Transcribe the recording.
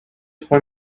for